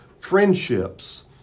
friendships